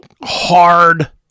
hard